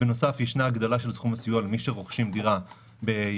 בנוסף ישנה הגדלה של סכום הסיוע למי שרוכשים דירה ביישובי